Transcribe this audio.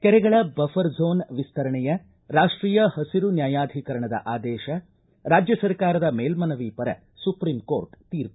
ಕೆರೆಗಳ buffer zone ವಿಸ್ತರಣೆಯ ರಾಷ್ವೀಯ ಪಸಿರು ನ್ಯಾಯಾಧಿಕರಣದ ಆದೇಶ ರಾಜ್ಯ ಸರ್ಕಾರದ ಮೇಲ್ಮನವಿ ಪರ ಸುಪ್ರೀಂ ಕೋರ್ಟ್ ತೀರ್ಮ